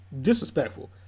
disrespectful